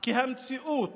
כי המציאות